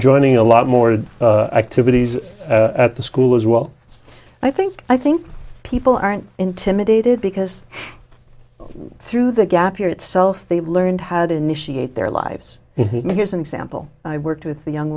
joining a lot more activities at the school as well i think i think people aren't intimidated because through the gap year itself they learned had initiate their lives and here's an example i worked with a young